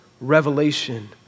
revelation